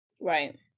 right